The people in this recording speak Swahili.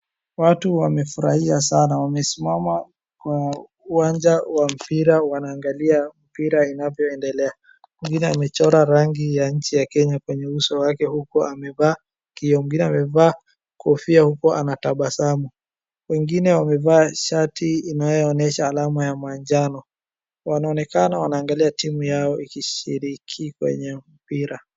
Watu wamefurahia sana, wamesimama kwa uwanja wa mpira wanaangalia mpira inavyoendelea. Mwingine amechora rangi ya nchi ya Kenya kwenye uso wake uku amevaa kioo. Mwingine amevaa kofia uku anatabasamu. Wengine wamevaa shati inayoonyesha alama ya manjano. Wanaonekana wanaangalia timu yao ikishiriki kwenye mpira.